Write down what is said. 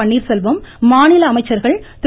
பன்னீர்செல்வம் மாநில அமைச்சர்கள் திரு